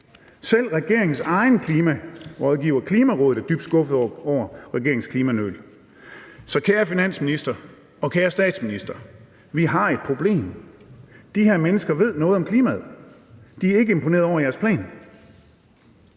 Selv regeringens egen klimarådgiver, Klimarådet, er dybt skuffet over regeringens klimanøl. Så kære finansminister og kære statsminister: Vi har et problem. De her mennesker ved noget om klimaet. De er ikke imponerede over jeres plan.